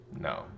no